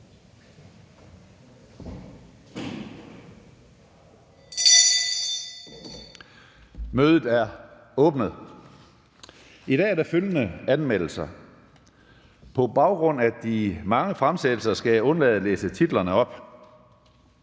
(Karsten Hønge): I dag er der følgende anmeldelser, og på baggrund af de mange fremsættelser, skal jeg undlade at læse titlerne op;